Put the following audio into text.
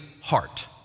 heart